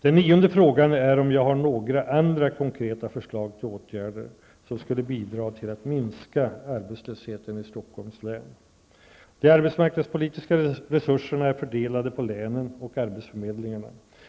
Den nionde frågan är om jag har några andra konkreta förslag till åtgärder, som skulle bidra till att minska arbetslösheten i Stockholms län. De arbetsmarknadspolitiska resurserna är fördelade på länen och arbetsförmedlingarna.